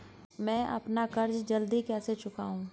मैं अपना कर्ज जल्दी कैसे चुकाऊं?